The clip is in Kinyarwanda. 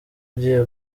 ugiye